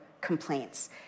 complaints